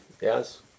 Yes